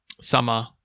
summer